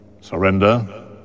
Surrender